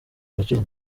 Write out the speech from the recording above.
agaciro